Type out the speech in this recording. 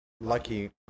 lucky